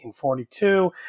1942